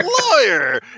lawyer